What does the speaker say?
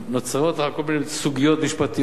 כל מיני סוגיות משפטיות שצריך לפתור.